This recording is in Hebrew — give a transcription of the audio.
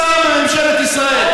פה, שר בממשלת ישראל.